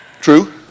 True